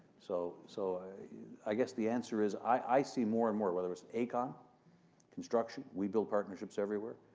so, so i i guess the answer is i see more and more, whether it's aecon construction, we build partnerships everywhere,